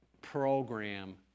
program